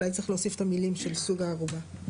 אולי צריך להוסיף את המילים של סוג הערובה.